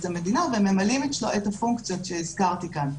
המדינה וממלאים את הפונקציות שהזכרתי כאן,